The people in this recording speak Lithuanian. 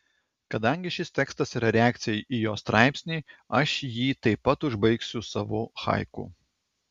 kadangi šis tekstas yra reakcija į jo straipsnį aš jį taip pat užbaigsiu savu haiku